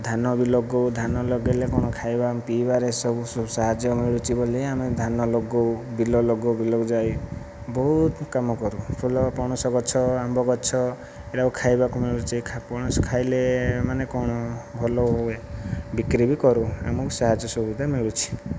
ଧାନ ବିଲକୁ ଧାନ ଲଗେଇଲେ କ'ଣ ଖାଇବା ପିଇବାରେ ସବୁ ସାହାଯ୍ୟ ମିଳୁଛି ବୋଲି ଆମେ ଧାନ ଲଗାଉ ବିଲ ଲଗାଉ ବିଲକୁ ଯାଇ ବହୁତ କାମ କରୁ ଫୁଲ ପଣସ ଗଛ ଆମ୍ବ ଗଛ ଏରାକ ଖାଇବାକୁ ମିଳୁଛି ପଣସ ଖାଇଲେ ମାନେ କ'ଣ ଭଲ ହୁଏ ବିକ୍ରି ବି କରୁ ଆମକୁ ସାହାଯ୍ୟ ସୁବିଧା ମିଳୁଛି